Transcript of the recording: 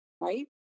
right